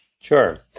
Sure